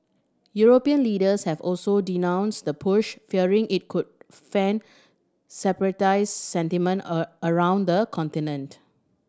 European leaders have also denounced the push fearing it could fan separatist sentiment a around the continent